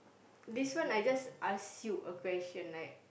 this one I just ask you a question like